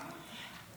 אנחנו?